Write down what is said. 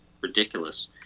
ridiculous